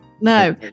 No